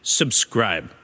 subscribe